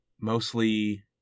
mostly